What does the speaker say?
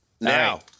Now